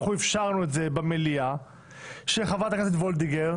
של חברי הכנסת ארבל, בן גביר,